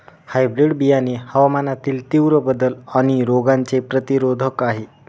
hybrid बियाणे हवामानातील तीव्र बदल आणि रोगांचे प्रतिरोधक आहे